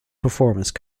performance